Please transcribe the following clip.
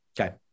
Okay